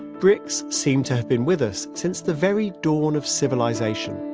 bricks seem to have been with us since the very dawn of civilization.